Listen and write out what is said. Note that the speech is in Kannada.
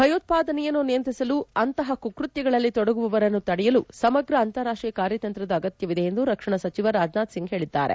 ಭಯೋತ್ವಾದನೆಯನ್ನು ನಿಯಂತ್ರಿಸಲು ಅಂತಹ ಕುಕೃತ್ಯಗಳಲ್ಲಿ ತೊಡಗುವವರನ್ನು ತಡೆಯಲು ಸಮಗ್ರ ಅಂತಾರಾಷ್ಟೀಯ ಕಾರ್ಯತಂತ್ರ ಅಗತ್ಯವಿದೆ ಎಂದು ರಕ್ಷಣಾ ಸಚಿವ ರಾಜನಾಥ್ ಸಿಂಗ್ ಹೇಳಿದ್ದಾರೆ